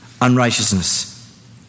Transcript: unrighteousness